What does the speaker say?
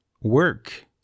work